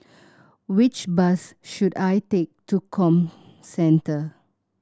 which bus should I take to Comcentre